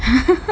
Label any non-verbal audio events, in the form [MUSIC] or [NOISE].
[LAUGHS]